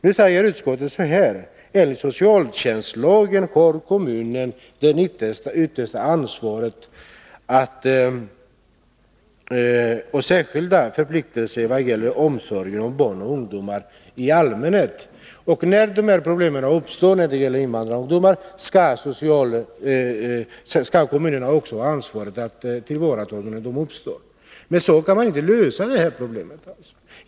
Nu säger utskottet att enligt socialtjänstlagen har kommunen det yttersta ansvaret och särskilda förpliktelser vad gäller omsorgen om barn och ungdomar i allmänhet. Kommunerna skall också ha ansvaret för att ta rätt på problemen när de uppstår. Men så kan man inte lösa det här problemet.